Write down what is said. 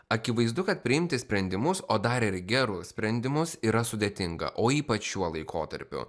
akivaizdu kad priimti sprendimus o dar ir gerus sprendimus yra sudėtinga o ypač šiuo laikotarpiu